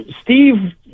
Steve